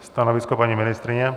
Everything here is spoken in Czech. Stanovisko paní ministryně?